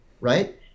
right